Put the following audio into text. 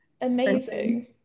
amazing